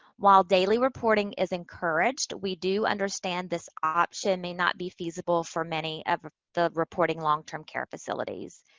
while daily reporting is encouraged, we do understand this option may not be feasible for many of the reporting long-term care facilities.